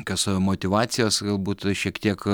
kas motyvacijos galbūt šiek tiek